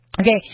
Okay